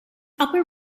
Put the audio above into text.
upper